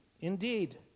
Indeed